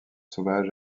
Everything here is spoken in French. sauvage